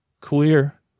clear